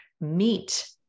meet